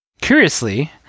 Curiously